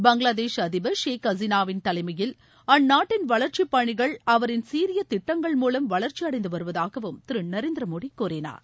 பங்களாதேஷ் அதிபர் ஷேக் ஹசினாவின் தலைமையில் அந்நாட்டின் வளர்ச்சிப் பணிகள் அவரின் சீரிய திட்டங்கள் மூலம் வளர்ச்சியடைந்து வருவதாகவும் திரு நரேந்திர மோடி கூறினார்